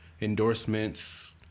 endorsements